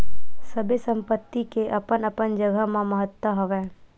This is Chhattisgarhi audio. सबे संपत्ति के अपन अपन जघा म महत्ता हवय